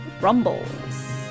Rumbles